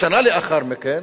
שנה לאחר מכן,